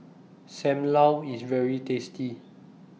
SAM Lau IS very tasty